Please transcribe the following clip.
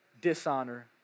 dishonor